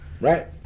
Right